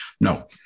No